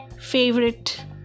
favorite